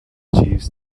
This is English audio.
jeeves